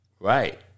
Right